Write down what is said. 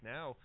Now